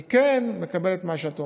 אני כן מקבל את מה שאת אומרת.